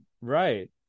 right